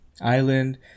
island